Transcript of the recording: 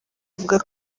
avuga